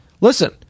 listen